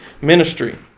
ministry